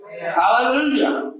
Hallelujah